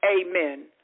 Amen